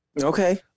Okay